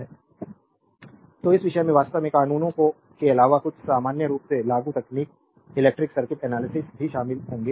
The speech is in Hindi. स्लाइड टाइम देखें 0108 तो इस विषय में वास्तव में कानूनों के अलावा कुछ सामान्य रूप से लागू तकनीक इलेक्ट्रिक सर्किट एनालिसिस भी शामिल होंगे